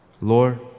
Lord